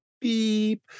Beep